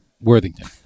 Worthington